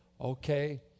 okay